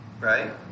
Right